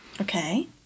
Okay